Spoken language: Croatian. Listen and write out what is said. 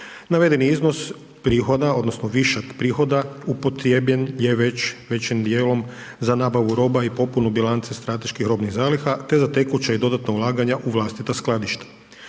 Navedeni iznos prihoda odnosno višak prihoda upotrjebljen je već većim dijelom za nabavu roba i popunu bilanca strateških robnih zaliha te za tekuća i dodatna ulaganja u vlastita skladišta.